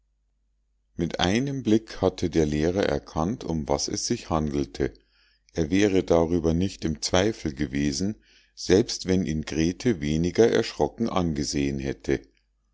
mit einem blick hatte der lehrer erkannt um was es sich handelte er wäre darüber nicht im zweifel gewesen selbst wenn ihn grete weniger erschrocken angesehen hätte